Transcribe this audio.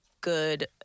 good